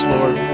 Lord